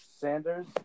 Sanders